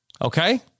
Okay